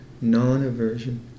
non-aversion